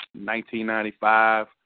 1995